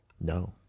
No